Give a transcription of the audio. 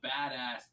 badass